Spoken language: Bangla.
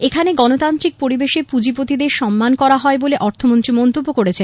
এখানের গণতান্ত্রিক পরিবেশে পুঁজিপতিদের সম্মান করা হয় বলে অর্থমন্ত্রী মন্তব্য করেছেন